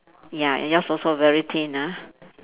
ya and yours also very thin ah